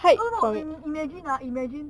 how about we imagine lah imagine